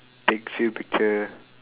take few picture